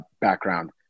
background